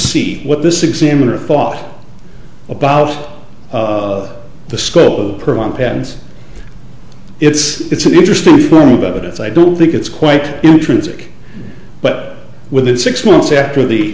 see what this examiner thought about the scope of the program patents it's it's an interesting form of evidence i don't think it's quite intrinsic but within six months after the